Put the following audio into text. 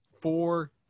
four